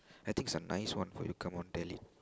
I think a nice one for you come on tell it